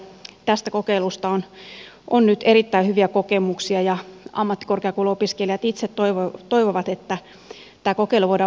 tästä kokeilusta on nyt erittäin hyviä kokemuksia ja ammattikorkeakouluopiskelijat itse toivovat että tämä kokeilu voidaan vakinaistaa